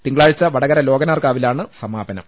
തിങ്കളാഴ്ച വടകര ലോകനാർ കാവി ലാണ് സമാപനം